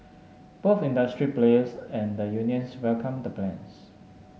both industry players and the unions welcomed the plans